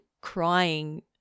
crying